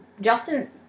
Justin